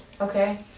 Okay